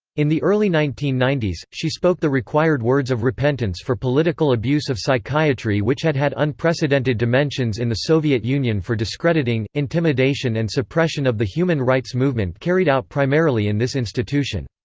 in the early nineteen ninety s, she spoke the required words of repentance for political abuse of psychiatry which had had unprecedented dimensions in the soviet union for discrediting, intimidation and suppression of the human rights movement carried out primarily in this institution.